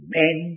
men